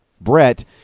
Brett